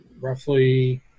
roughly